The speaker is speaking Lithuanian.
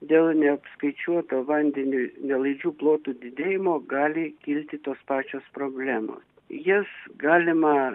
dėl neapskaičiuoto vandeniui nelaidžių plotų didėjimo gali kilti tos pačios problemos jas galima